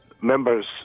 members